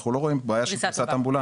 אנחנו לא רואים בעיה של פריסת אמבולנסים.